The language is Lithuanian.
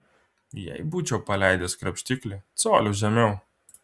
jei būčiau paleidęs krapštiklį coliu žemiau